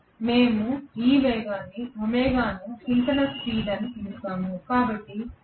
మేము ఈ వేగాన్ని ఒమేగాను సింక్రోనస్ స్పీడ్ అని పిలుస్తాము